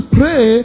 pray